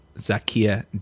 Zakia